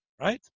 right